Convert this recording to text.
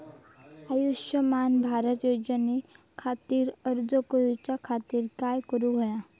आयुष्यमान भारत योजने खातिर अर्ज करूच्या खातिर काय करुक होया?